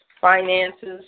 finances